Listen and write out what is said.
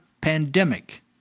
Pandemic